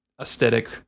aesthetic